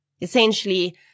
Essentially